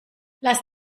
lass